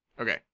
Okay